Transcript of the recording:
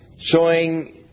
Showing